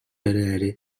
эрээри